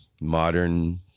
modern